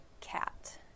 cat